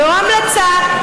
לא המלצה,